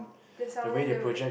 the sounds then the way